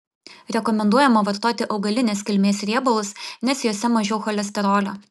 rekomenduojama vartoti augalinės kilmės riebalus nes juose mažiau cholesterolio